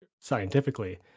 scientifically